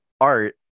Art